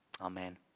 Amen